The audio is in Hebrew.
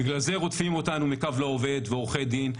בגלל זה רודפים אותנו מ"קו לעובד" ועורכי דין,